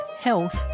Health